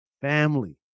Family